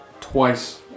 twice